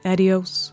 Adios